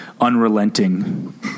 unrelenting